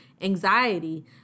anxiety